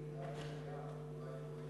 ההצעה לכלול את